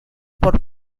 por